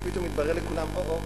ופתאום מתברר לכולם: או-או,